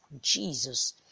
Jesus